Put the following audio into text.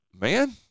Man